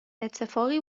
اتفاقی